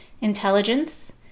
intelligence